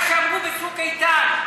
מה שאמרו ב"צוק איתן",